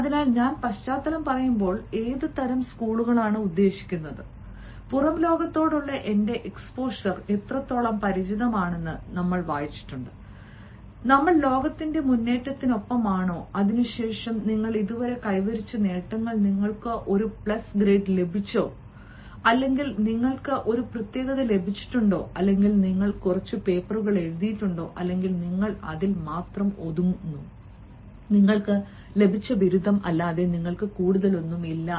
അതിനാൽ ഞാൻ പശ്ചാത്തലം പറയുമ്പോൾ ഏത് തരം സ്കൂളുകളാണ് ഉദ്ദേശിക്കുന്നത് പുറം ലോകത്തോടുള്ള എന്റെ എക്സ്പോഷർ എത്രത്തോളം പരിചിതമാണെന്ന് നമ്മൾ വായിച്ചിട്ടുണ്ട് നമ്മൾ ലോകത്തിന്റെ മുന്നേറ്റത്തിനൊപ്പമാണോ അതിനുശേഷം നിങ്ങൾ ഇതുവരെ കൈവരിച്ച നേട്ടങ്ങൾ നിങ്ങൾക്ക് ഒരു പ്ലസ് ഗ്രേഡോ ലഭിച്ചിട്ടുണ്ടോ അല്ലെങ്കിൽ നിങ്ങൾക്ക് ഒരു പ്രത്യേകത ലഭിച്ചിട്ടുണ്ടോ അല്ലെങ്കിൽ നിങ്ങൾ കുറച്ച് പേപ്പറുകൾ എഴുതിയിട്ടുണ്ടോ അല്ലെങ്കിൽ നിങ്ങൾ അതിൽ മാത്രം ഒതുങ്ങുന്നു നിങ്ങൾക്ക് ലഭിച്ച ബിരുദം അല്ലാതെ നിങ്ങൾക്ക് കൂടുതലൊന്നും ഇല്ല